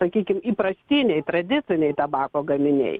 sakykim įprastiniai tradiciniai tabako gaminiai